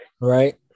Right